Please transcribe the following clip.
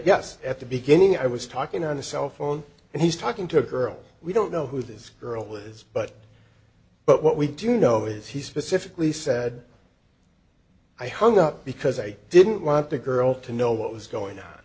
yes at the beginning i was talking on the cell phone and he's talking to a girl we don't know who this girl is but but what we do know is he specifically said i hung up because i didn't want the girl to know what was going on